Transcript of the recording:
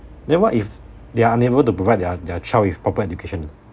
then what if they are unable to provide their their child with proper education